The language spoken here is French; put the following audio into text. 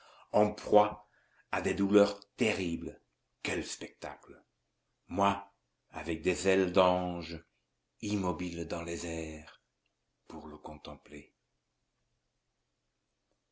en proie à des douleurs terribles quel spectacle moi avec des ailes d'ange immobile dans les airs pour le contempler